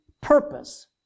purpose